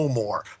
more